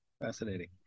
Fascinating